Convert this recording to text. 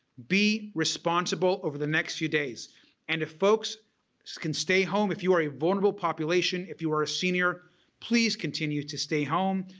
be responsible over the next few days and if folks can stay home if you are a vulnerable population if you are a senior please continue to stay home.